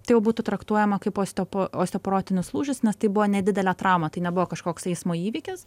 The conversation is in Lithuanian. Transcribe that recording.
tai jau būtų traktuojama kaip osteo osteoporotinis lūžis nes tai buvo nedidelė trauma tai nebuvo kažkoks eismo įvykis